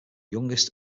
youngest